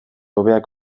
hobeak